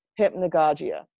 hypnagogia